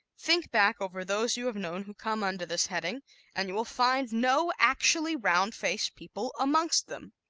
think back over those you have known who come under this heading and you will find no actually round-faced people amongst them.